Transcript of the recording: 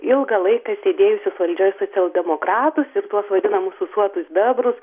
ilgą laiką sėdėjusius valdžioje socialdemokratus ir tuos vadinamus ūsuotus bebrus